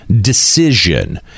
decision